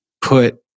put